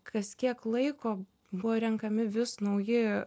kas kiek laiko buvo renkami vis nauji